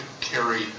carry